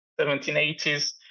1780s